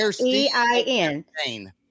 E-I-N